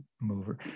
mover